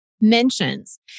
mentions